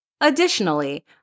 Additionally